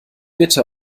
bitte